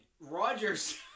Roger's